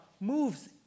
moves